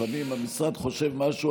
לפעמים המשרד חושב משהו,